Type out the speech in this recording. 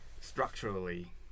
structurally